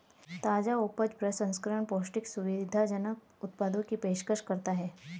ताजा उपज प्रसंस्करण पौष्टिक, सुविधाजनक उत्पादों की पेशकश करता है